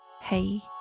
Hey